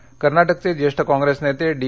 ED कर्नाटकचे ज्येष्ठ कॉग्रेस नेते डी